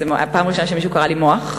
זאת הייתה הפעם הראשונה שמישהו קרא לי "מוח".